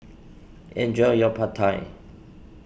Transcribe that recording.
enjoy your Pad Thai